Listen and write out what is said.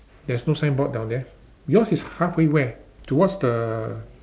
there's no signboard down there yours is halfway where towards the